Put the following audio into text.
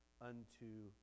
unto